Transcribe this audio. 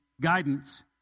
guidance